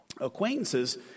Acquaintances